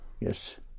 Yes